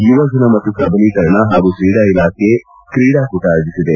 ಯುವ ಜನ ಮತ್ತು ಸಬಲೀಕರಣ ಹಾಗೂ ಕ್ರೀಡಾ ಇಲಾಖೆ ಕ್ರೀಡಾಕೂಟ ಆಯೋಜಿಸಿದೆ